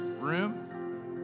room